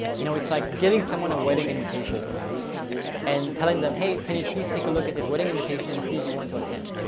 you know it's like giving someone a wedding invitation and telling them, hey, can you please take a look at this wedding invitation and see if you want to attend?